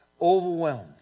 Overwhelmed